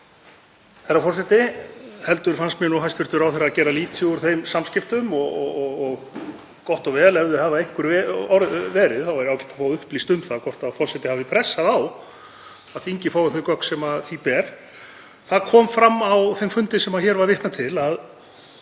Herra forseti. Heldur fannst mér hæstv. ráðherra gera lítið úr þeim samskiptum. Gott og vel. Ef þau hafa einhver verið þá væri ágætt að fá upplýst um það hvort forseti hafi pressað á að þingið fái þau gögn sem því ber. Það kom fram, á þeim fundi sem hér var vitnað til, að